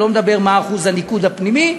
אני לא מדבר על מה אחוז הניקוד הפנימי,